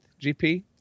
GP